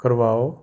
ਕਰਵਾਓ